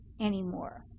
anymore